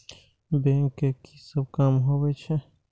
Bank के की सब काम होवे छे?